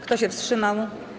Kto się wstrzymał?